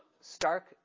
stark